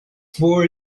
for